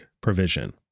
provision